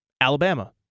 Alabama